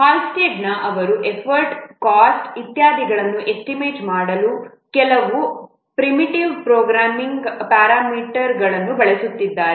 ಹಾಲ್ಸ್ಟೆಡ್ನ ಅವರು effort cost ಇತ್ಯಾದಿಗಳನ್ನು estimate ಮಾಡಲು ಕೆಲವು ಪ್ರಿಮಿಟಿವ್ ಪ್ರೋಗ್ರಾಮ್ ಪ್ಯಾರಾಮೀಟರ್ಗಳನ್ನು ಬಳಸಿದ್ದಾರೆ